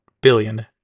billion